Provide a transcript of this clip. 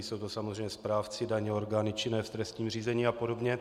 Jsou to samozřejmě správci daně, orgány činné v trestním řízení apod.